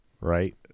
right